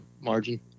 margin